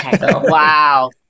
Wow